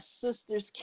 sister's